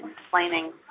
explaining